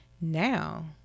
Now